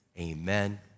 Amen